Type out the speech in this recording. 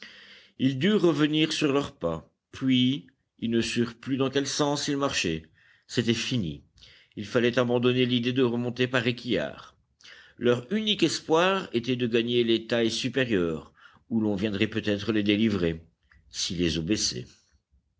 ils durent revenir sur leurs pas puis ils ne surent plus dans quel sens ils marchaient c'était fini il fallait abandonner l'idée de remonter par réquillart leur unique espoir était de gagner les tailles supérieures où l'on viendrait peut-être les délivrer si les eaux